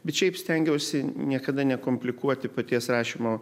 bet šiaip stengiausi niekada nekomplikuoti paties rašymo